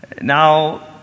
Now